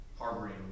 harboring